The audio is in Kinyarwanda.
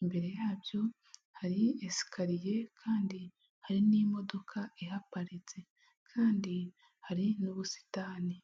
imbere yabyo hari esikariye kandi hari n'imodoka ihaparitse kandi hari n'ubusitani.